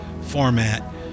format